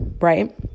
right